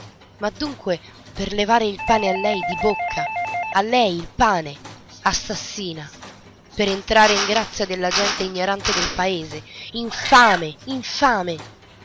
ma dunque per levare il pane a lei di bocca a lei il pane assassina per entrare in grazia della gente ignorante del paese infame infame